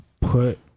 put